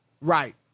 right